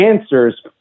answers